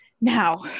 Now